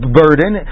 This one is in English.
burden